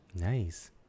Nice